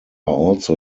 also